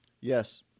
Yes